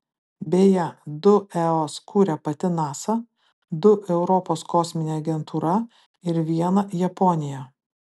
beje du eos kuria pati nasa du europos kosminė agentūra ir vieną japonija